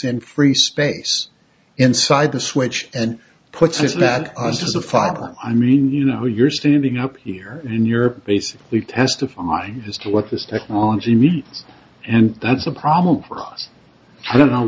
in free space inside the switch and puts is that us as a farmer i mean you know you're standing up here in europe basically testify as to what this technology meet and that's a problem for us i don't know